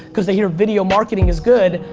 cause they hear video marketing is good,